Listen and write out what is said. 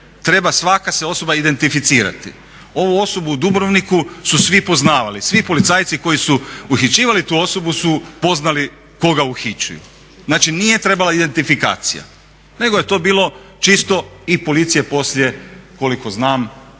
treba svaka se osoba identificirati. Ovu osobu u Dubrovniku su svi poznavali, svi policajci koji su uhićivali tu osobu su poznavali koga uhićuju. Znači nije trebala identifikacija nego je to bilo čisto i policija poslije koliko znam